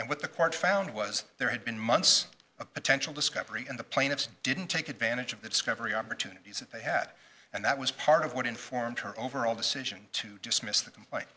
and what the court found was there had been months of potential discovery and the plaintiffs didn't take advantage of the discovery opportunities that they had and that was part of what informed her overall decision to dismiss them like